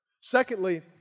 Secondly